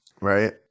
Right